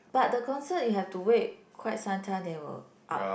but the concert you have to wait quite some time they will up